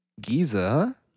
Giza